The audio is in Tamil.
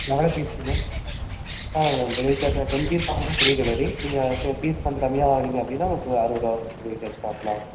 இதில் எவ்வளோ பீஸு மேம் ஆமாம் ma'am delivery charge ten piece வாங்குனா ஃப்ரீ டெலிவரி நீங்கள் பீ பீஸ் கொஞ்சம் கம்மியாக வாங்குனீங்க அப்படின்னா உங்களுக்கு அறுபதுரூவா டெலிவரி சார்ஜ் பார்க்கலாம்